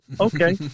Okay